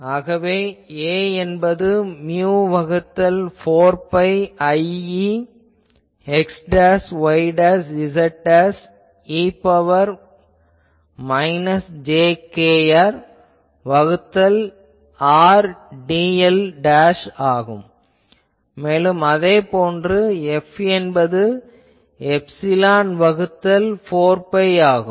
ஆகவே A என்பது mu வகுத்தல் 4 பை Iexyz e இன் பவர் மைனஸ் j kR வகுத்தல் R dl ஆகும் மேலும் அதேபோன்று F என்பது எப்சிலான் வகுத்தல் 4 பை ஆகும்